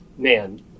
man